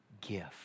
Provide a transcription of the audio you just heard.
gift